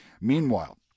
meanwhile